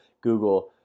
Google